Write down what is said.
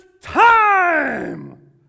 time